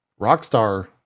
Rockstar